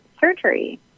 surgery